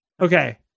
Okay